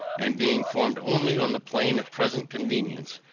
and being formed only on the plan of present convenience,